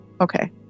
okay